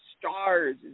stars